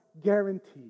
guaranteed